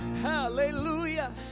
Hallelujah